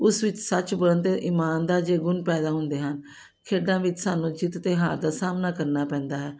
ਉਸ ਵਿੱਚ ਸੱਚ ਬੋਲਣ ਅਤੇ ਇਮਾਨ ਦੇ ਅਜਿਹੇ ਗੁਣ ਪੈਦਾ ਹੁੰਦੇ ਹਨ ਖੇਡਾਂ ਵਿੱਚ ਸਾਨੂੰ ਜਿੱਤ ਅਤੇ ਹਾਰ ਦਾ ਸਾਹਮਣਾ ਕਰਨਾ ਪੈਂਦਾ ਹੈ